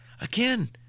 Again